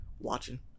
watching